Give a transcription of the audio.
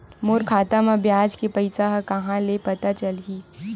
मोर खाता म ब्याज के पईसा ह कहां ले पता चलही?